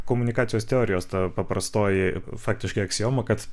komunikacijos teorijos ta paprastoji faktiškai aksioma kad